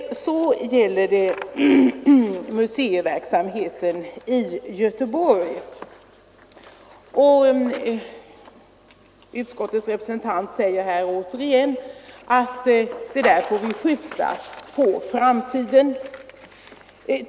Beträffande museiverksamheten i Göteborg framhåller utskottsrepresentanten åter att den frågan får skjutas på framtiden.